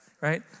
right